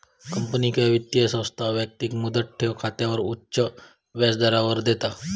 company किंवा वित्तीय संस्था व्यक्तिक मुदत ठेव खात्यावर उच्च व्याजदर देता